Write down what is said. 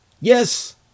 Yes